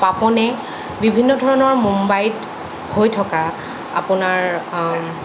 পাপনে বিভিন্ন ধৰণৰ মুম্বাইত হৈ থকা আপোনাৰ